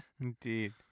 indeed